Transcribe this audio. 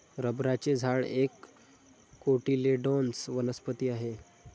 रबराचे झाड एक कोटिलेडोनस वनस्पती आहे